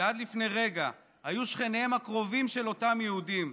שעד לפני רגע היו שכניהם הקרובים של אותם יהודים,